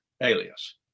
alias